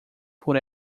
por